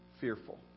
fearful